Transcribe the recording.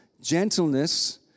gentleness